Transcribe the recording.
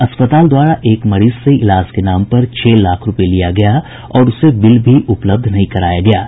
अस्पताल द्वारा एक मरीज से इलाज के नाम पर छह लाख रूपये लिया गया और उसे बिल भी उपलब्ध नहीं कराया गया था